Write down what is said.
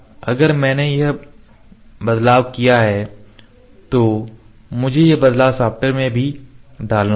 अगर मैंने यह बदलाव किया है तो मुझे यह बदलाव सॉफ्टवेयर में भी डालना होगा